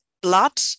blood